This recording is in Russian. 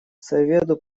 совету